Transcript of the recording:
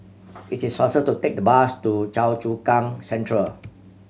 it is faster to take the bus to Choa Chu Kang Central